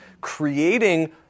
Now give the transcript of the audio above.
creating